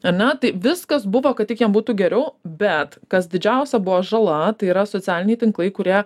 ar ne tai viskas buvo kad tik jam būtų geriau bet kas didžiausia buvo žala tai yra socialiniai tinklai kurie